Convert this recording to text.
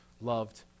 loved